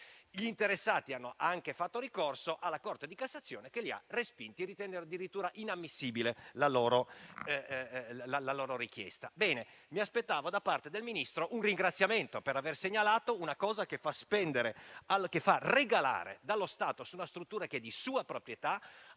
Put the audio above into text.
Gli interessati hanno anche fatto ricorso alla Corte di cassazione che li ha respinti ritenendo addirittura inammissibile la loro richiesta. Mi aspettavo da parte del Ministro un ringraziamento per aver segnalato una cosa che fa regalare dallo Stato su una struttura di sua proprietà